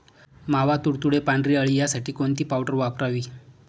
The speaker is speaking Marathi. मावा, तुडतुडे, पांढरी अळी यासाठी कोणती पावडर वापरावी?